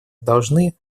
должны